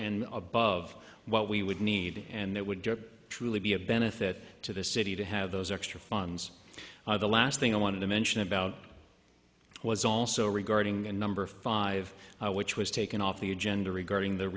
and above what we would need and that would truly be a benefit to the city to have those extra funds the last thing i wanted to mention about it was also regarding the number five which was taken off the agenda regarding the